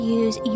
use